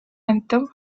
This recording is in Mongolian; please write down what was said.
амьтан